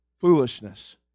foolishness